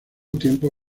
tiempo